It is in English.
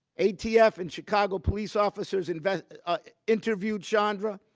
atf and chicago police officers and interviewed chandra.